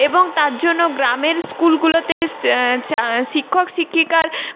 এবং তার জন্য গ্রামের স্কুলগুলোতে স চা শিক্ষক শিক্ষিকার